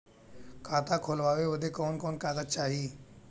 खाता खोलवावे बादे कवन कवन कागज चाही?